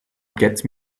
get